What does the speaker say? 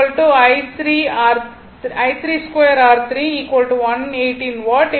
P3 I32 R3 118 what